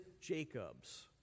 Jacob's